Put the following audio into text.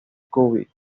scooby